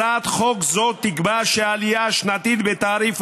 הצעת חוק זו תקבע שהעלייה השנתית בתעריף